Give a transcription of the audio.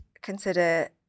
consider